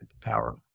power